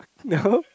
no